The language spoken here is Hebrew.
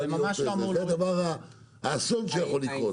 זה האסון שיכול לקרות.